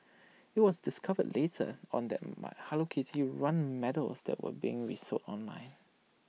IT was discovered later on that my hello kitty run medals was that were being resold online